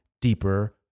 deeper